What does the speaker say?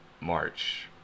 March